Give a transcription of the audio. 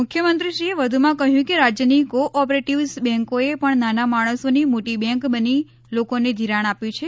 મુખ્યમંત્રીશ્રીએ વધુમાં કહ્યું કે રાજ્યની કો ઓપરેટીવ્સ બેંકોએ પણ નાના માણસોની મોટી બેંક બની લોકોને ધિરાણ આપ્યું છે